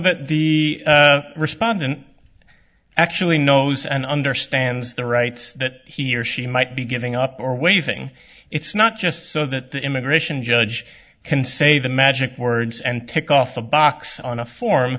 that the respondent actually knows and understands the rights that he or she might be giving up or waiving its not just so that the immigration judge can say the magic words and tick off a box on a form